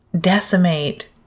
decimate